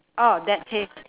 oh that tab~